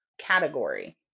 category